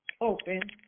open